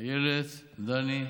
איילת, דני,